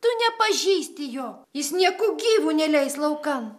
tu nepažįsti jo jis nieku gyvu neleis laukan